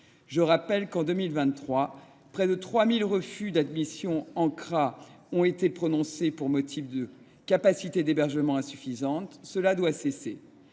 Je rappelle qu’en 2023 près de 3 000 refus d’admission en CRA ont été prononcés pour motif de capacité d’hébergement insuffisante. Cela doit cesser.